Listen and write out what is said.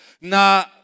Na